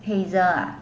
hazel ah